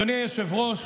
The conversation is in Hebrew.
אדוני היושב-ראש,